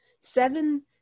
seven